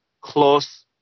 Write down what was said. close